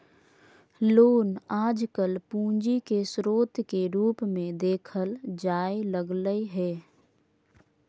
loan आजकल पूंजी के स्रोत के रूप मे देखल जाय लगलय हें